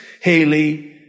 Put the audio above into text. Haley